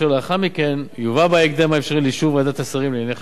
אשר לאחר מכן יובא בהקדם האפשרי לאישור ועדת השרים לענייני חקיקה.